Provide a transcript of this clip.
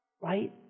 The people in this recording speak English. Right